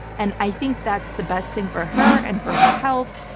and i think that's the best thing for her and for her health.